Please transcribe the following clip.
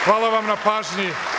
Hvala vam na pažnji.